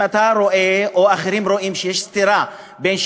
אם אתה רואה או אחרים רואים סתירה בין זה